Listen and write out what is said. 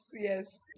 yes